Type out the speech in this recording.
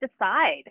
decide